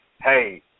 hey